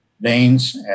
veins